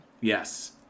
Yes